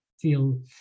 feel